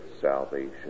salvation